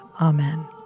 Amen